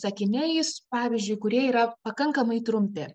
sakiniais pavyzdžiui kurie yra pakankamai trumpi